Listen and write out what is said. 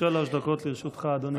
שלוש דקות לרשותך, אדוני.